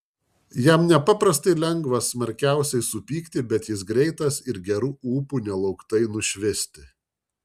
jam nepaprastai lengva smarkiausiai supykti bet jis greitas ir geru ūpu nelauktai nušvisti